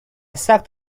sucked